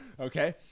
okay